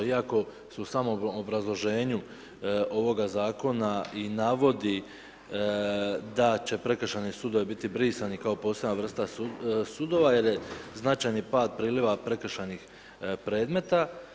Iako se u samom obrazloženju ovoga zakona i navodi da će prekršajni sudovi biti brisani kao posebna vrsta sudova jer je značajni pad priljeva prekršajnih predmeta.